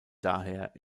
daher